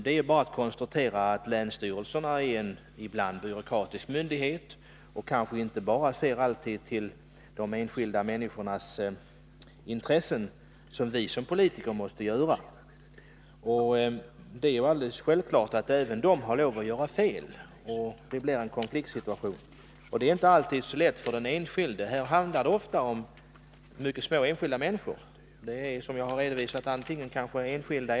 Det är bara att konstatera att länsstyrelserna ibland är byråkratiska myndigheter och kanske inte alltid bara ser till de enskilda människornas intressen, vilket vi som politiker måste göra. Även länsstyrelserna kan naturligtvis göra fel, så att en konfliktsituation uppstår. Det är inte alltid så lätt för den enskilde i sådana sammanhang. Det handlar här ofta om mycket svaga enskilda människor eller, som jag redovisat, sammanslutningar av sådana.